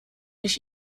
ich